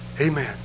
Amen